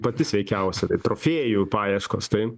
pati sveikiausia tai trofėjų paieškos tai